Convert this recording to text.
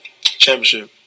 Championship